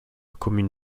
commune